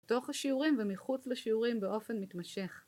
בתוך השיעורים ומחוץ לשיעורים באופן מתמשך.